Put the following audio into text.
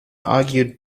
argued